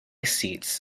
seats